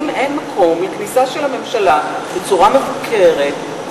האם אין מקום לכניסה של הממשלה בצורה מבוקרת,